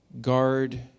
guard